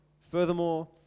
Furthermore